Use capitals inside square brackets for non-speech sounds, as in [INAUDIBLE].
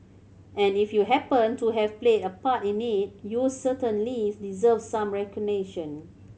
and if you happened to have played a part in it you certainly [UNINTELLIGIBLE] deserve some recognition